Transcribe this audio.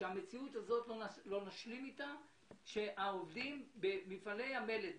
אנחנו לא נשלים עם זה שהעובדים במפעלי המלט,